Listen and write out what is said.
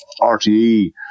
RTE